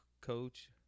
coach